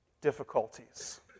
difficulties